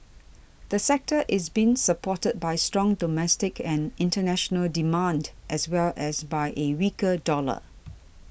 the sector is being supported by strong domestic and international demand as well as by a weaker dollar